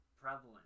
prevalent